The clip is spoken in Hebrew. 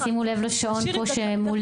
שימו לב לשעון פה שמולי.